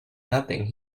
nothing